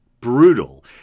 Brutal